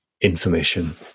information